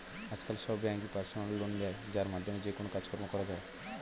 আজকাল সব ব্যাঙ্কই পার্সোনাল লোন দেয় যার মাধ্যমে যেকোনো কাজকর্ম করা যায়